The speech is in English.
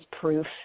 proof